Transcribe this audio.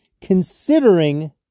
considering